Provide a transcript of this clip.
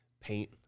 paint